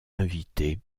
invités